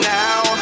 now